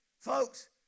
Folks